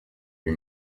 lui